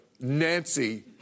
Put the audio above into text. Nancy